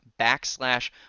backslash